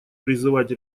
призывать